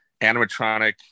animatronic